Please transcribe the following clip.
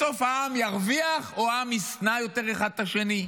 בסוף העם ירוויח או העם ישנא יותר אחד את השני?